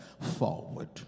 forward